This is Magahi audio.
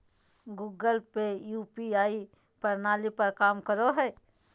गूगल पे यू.पी.आई प्रणाली पर काम करो हय